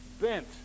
bent